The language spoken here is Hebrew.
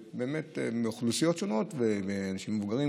מאוכלוסיות שונות: אנשים מבוגרים,